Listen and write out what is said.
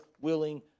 willing